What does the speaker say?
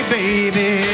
baby